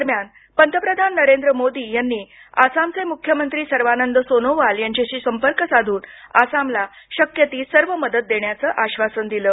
दरम्यान पंतप्रधान नरेंद्र मोदी यांनी आसामचे मुख्यमंत्री सर्वानंद सोनोवाल यांच्याशी संपर्क साधून आसामला शक्य ती सर्व मदत देण्याचं आश्वासन दिलं